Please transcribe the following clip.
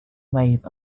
wave